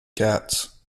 cats